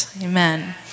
Amen